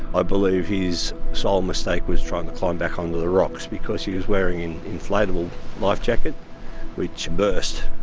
i believe his sole mistake was trying to climb back onto the rocks because he was wearing an inflatable life jacket which burst.